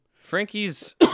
Frankie's